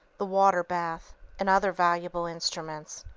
the water-bath and other valuable instruments.